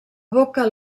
boca